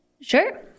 Sure